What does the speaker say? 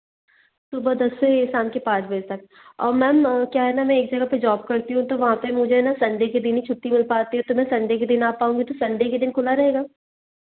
सुबह दस से शाम के पाँच बजे तक और मैम क्या है ना मैं एक जगह पर जॉब करती हूँ तो वहाँ पर मुझे ना संडे के दिन ही छुट्टी मिल पाती है तो मैं संडे के दिन आ पाऊँगी तो संडे के दिन खुला रहेगा